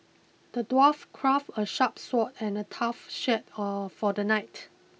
the dwarf crafted a sharp sword and a tough shield for the knight